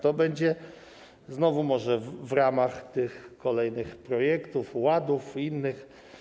To będzie znowu może w ramach tych kolejnych projektów, ładów i innych.